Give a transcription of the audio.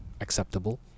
acceptable